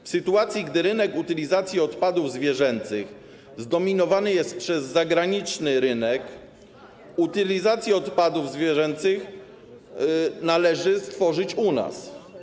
W sytuacji gdy rynek utylizacji odpadów zwierzęcych zdominowany jest przez zagraniczny rynek, utylizację odpadów zwierzęcych należy zorganizować u nas.